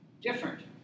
different